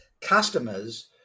customers